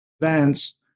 events